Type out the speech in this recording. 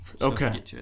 okay